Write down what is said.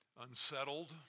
unsettled